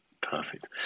Perfect